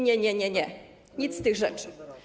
Nie, nie, nie, nic z tych rzeczy.